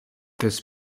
this